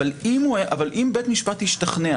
אך אם בית המשפט השתכנע